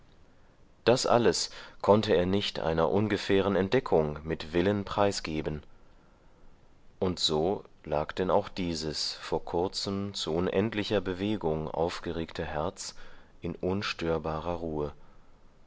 das alles konnte er nicht einer ungefähren entdeckung mit willen preisgeben und so lag denn auch dieses vor kurzem zu unendlicher bewegung aufgeregte herz in unstörbarer ruhe